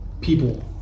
people